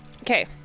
Okay